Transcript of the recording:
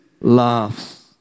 laughs